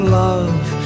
love